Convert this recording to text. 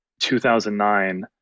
2009